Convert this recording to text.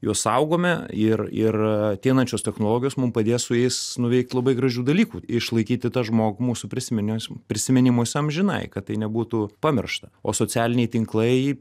juos saugome ir ir ateinančios technologijos mum padės su jais nuveikt labai gražių dalykų išlaikyti tą žmogų mūsų prisiminis prisiminimuos amžinai kad tai nebūtų pamiršta o socialiniai tinklai